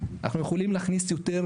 יש לי טרפז,